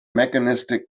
mechanistic